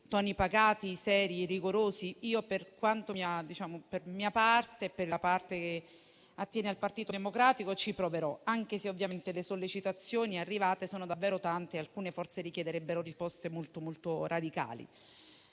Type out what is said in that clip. toni pacati, seri e rigorosi. Per la parte che attiene al Partito Democratico ci proverò, anche se le sollecitazioni arrivate sono davvero tante, e alcune forse richiederebbero risposte davvero molto radicali.